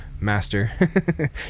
master